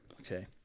okay